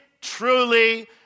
truly